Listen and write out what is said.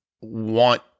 want